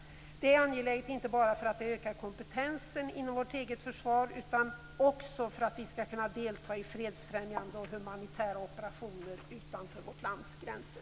Det är angeläget inte bara för att det ökar kompetensen inom vårt eget försvar utan också för att vi skall kunna delta i fredsfrämjande och humanitära operationer utanför vårt lands gränser.